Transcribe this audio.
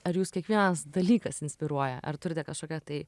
ar jus kiekvienas dalykas inspiruoja ar turite kažkokią tai